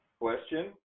question